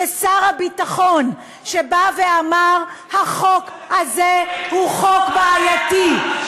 שר הביטחון בא ואמר: החוק הזה הוא חוק בעייתי,